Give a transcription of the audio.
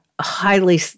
highly